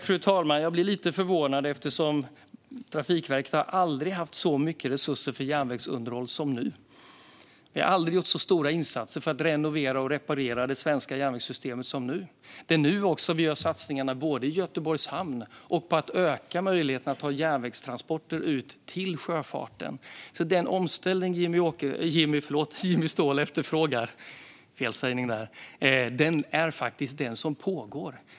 Fru talman! Jag blir lite förvånad, för Trafikverket har aldrig haft så mycket resurser för järnvägsunderhåll som nu. Vi har aldrig gjort så stora insatser för att renovera och reparera det svenska järnvägssystemet som nu. Det är också nu vi gör satsningar i Göteborgs hamn och på att öka möjligheterna att ha järnvägstransporter ut till sjöfarten. Den omställning som Jimmy Ståhl efterfrågar pågår alltså redan.